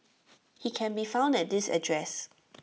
he can be found at this address